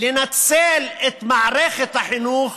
לנצל את מערכת החינוך